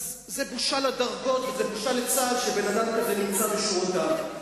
זו בושה לדרגות וזו בושה לצה"ל שאדם כזה נמצא בשורותיו.